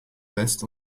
west